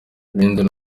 lindsay